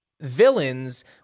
villains